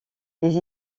les